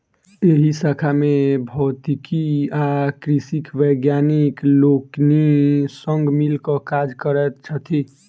एहि शाखा मे भौतिकी आ कृषिक वैज्ञानिक लोकनि संग मिल क काज करैत छथि